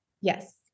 Yes